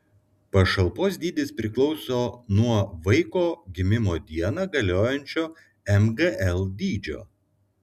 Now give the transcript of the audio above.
pašalpos dydis priklauso nuo vaiko gimimo dieną galiojančio mgl dydžio